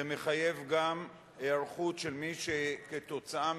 זה מחייב גם היערכות של מי שבגלל זה,